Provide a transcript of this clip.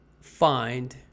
find